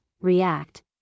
react